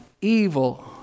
evil